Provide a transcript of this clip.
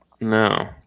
No